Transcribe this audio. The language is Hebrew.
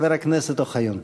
חבר הכנסת אוחיון.